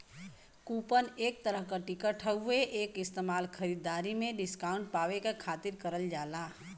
coupon एक तरह क टिकट हउवे एक इस्तेमाल खरीदारी में डिस्काउंट पावे क खातिर करल जाला